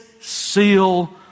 seal